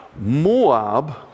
Moab